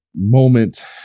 Moment